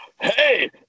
Hey